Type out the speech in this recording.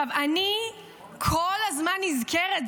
אני כל הזמן נזכרת,